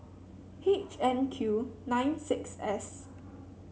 H N Q nine six S